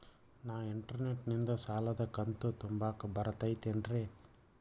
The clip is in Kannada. ನಾ ಇಂಟರ್ನೆಟ್ ನಿಂದ ಸಾಲದ ಕಂತು ತುಂಬಾಕ್ ಬರತೈತೇನ್ರೇ?